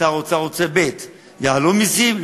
שר האוצר רוצה ב'; יעלו מסים,